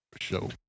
show